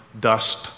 dust